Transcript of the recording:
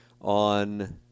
on